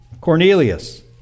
Cornelius